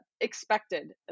expected